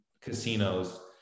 casinos